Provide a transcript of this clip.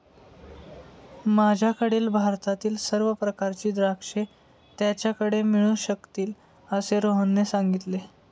माझ्याकडील भारतातील सर्व प्रकारची द्राक्षे त्याच्याकडे मिळू शकतील असे रोहनने सांगितले